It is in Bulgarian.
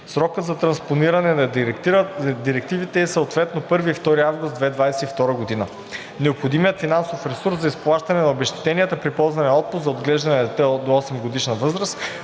Срокът за транспониране на директивите е съответно 1-ви и 2 август 2022 г. Необходимият финансов ресурс за изплащане на обезщетенията при ползване на отпуск за отглеждане на дете до 8 годишна възраст